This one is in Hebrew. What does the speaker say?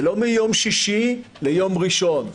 זה לא מיום שישי ליום ראשון.